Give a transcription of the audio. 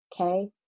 okay